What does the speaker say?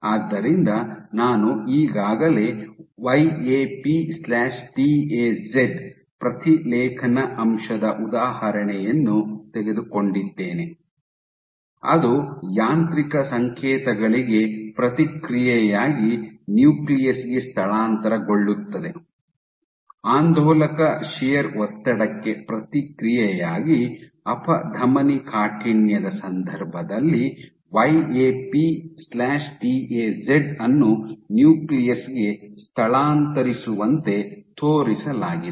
ಆದ್ದರಿಂದ ನಾನು ಈಗಾಗಲೇ ವೈಎಪಿ ಟಿಎಜೆಡ್ YAP TAZ ಪ್ರತಿಲೇಖನ ಅಂಶದ ಉದಾಹರಣೆಯನ್ನು ತೆಗೆದುಕೊಂಡಿದ್ದೇನೆ ಅದು ಯಾಂತ್ರಿಕ ಸಂಕೇತಗಳಿಗೆ ಪ್ರತಿಕ್ರಿಯೆಯಾಗಿ ನ್ಯೂಕ್ಲಿಯಸ್ ಗೆ ಸ್ಥಳಾಂತರಗೊಳ್ಳುತ್ತದೆ ಆಂದೋಲಕ ಶಿಯರ್ ಒತ್ತಡಕ್ಕೆ ಪ್ರತಿಕ್ರಿಯೆಯಾಗಿ ಅಪಧಮನಿಕಾಠಿಣ್ಯದ ಸಂದರ್ಭದಲ್ಲಿ ವೈಎಪಿ ಟಿಎಜೆಡ್ YAP TAZ ಅನ್ನು ನ್ಯೂಕ್ಲಿಯಸ್ ಗೆ ಸ್ಥಳಾಂತರಿಸುವಂತೆ ತೋರಿಸಲಾಗಿದೆ